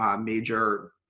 major